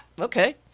okay